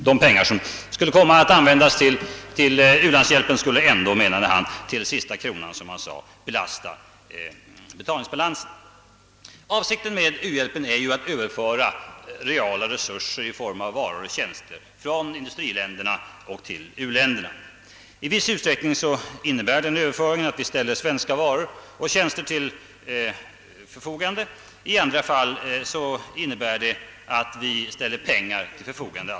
De pengar som skulle användas till u-landshjälpen komme ändå att till sista kronan belasta betalningsbalansen, menade herr Sträng. Avsikten med u-hjälpen är ju att överföra reala resurser i form av varor och tjänster från industriländerna till uländerna. I viss utsträckning innebär den överföringen att vi ställer svenska varor och tjänster till förfogande, i andra fall innebär den att vi ställer pengar till förfogande.